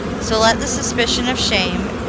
so let the suspicion of shame,